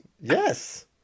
Yes